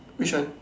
which one